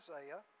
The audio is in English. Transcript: Isaiah